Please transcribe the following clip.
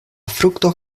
frukto